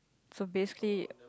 so basically